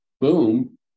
boom